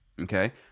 okay